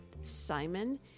Simon